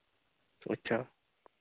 अच्छा